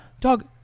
dog